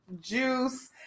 juice